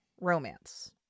romance